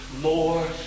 more